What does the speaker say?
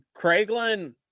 craiglin